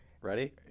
ready